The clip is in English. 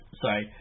sorry